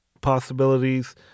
possibilities